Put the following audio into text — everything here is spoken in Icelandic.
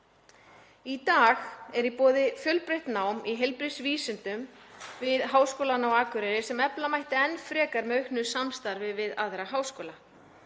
Í dag er í boði fjölbreytt nám í heilbrigðisvísindum við Háskólann á Akureyri sem efla mætti frekar með auknu samstarfi við aðra háskóla.